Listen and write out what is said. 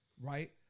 right